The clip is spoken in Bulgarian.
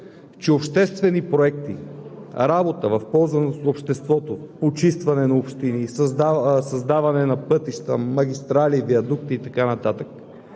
че обществени проекти, работа в полза на обществото, почистване на общини, създаване на пътища, магистрали, виадукти и така